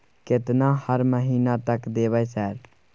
केतना हर महीना तक देबय सर?